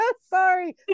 sorry